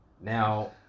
Now